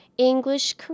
English